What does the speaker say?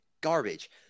Garbage